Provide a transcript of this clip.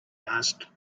asked